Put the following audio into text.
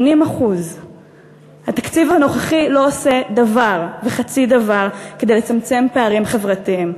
80%. התקציב הנוכחי לא עושה דבר וחצי דבר כדי לצמצם פערים חברתיים,